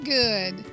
good